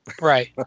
Right